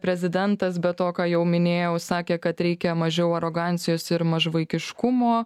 prezidentas be to ką jau minėjau sakė kad reikia mažiau arogancijos ir mažvaikiškumo